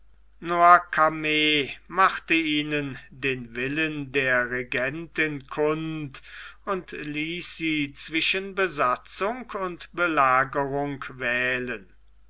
noircarmes machte ihnen den willen der regentin kund und ließ sie zwischen besatzung und belagerung wählen